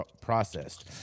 processed